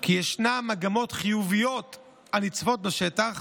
כי ישנן מגמות חיוביות הנצפות בשטח